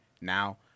now